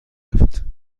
رفت